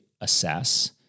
assess